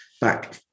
back